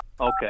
Okay